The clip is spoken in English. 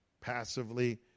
Passively